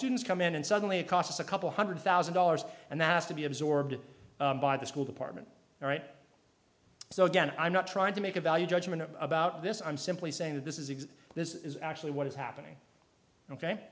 students come in and suddenly it costs a couple hundred thousand dollars and that has to be absorbed by the school department all right so again i'm not trying to make a value judgment about this i'm simply saying that this is a this is actually what is happening ok